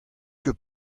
ket